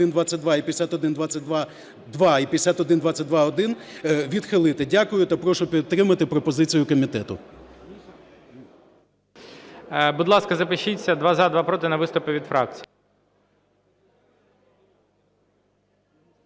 і 5122-1 відхилити. Дякую та прошу підтримати пропозицію комітету.